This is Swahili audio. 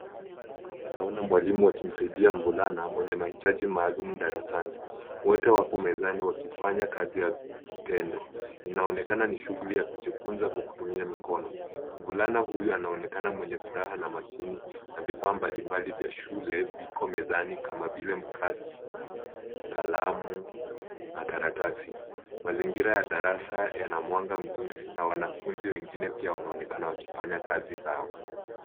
Hapa naona mwalimu akimsaidia mvulana mwenye mahitaji maalum darasani. Wote wamekaa mezani wakifanya kazi ya vitendo. Inaonekana ni shughuli ya kujifunza kwa kutumia mkono. Mvulana huyo anaonekana mwenye furaha na makini na vifaa mbalimbali vya shule viko mezani kama vile mkasi, kalamu na karatasi. Mazingira ya darasa yana mwanga mzuri na wanafunzi wengine pia wanaonekana wakifanya kazi zao.